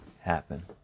happen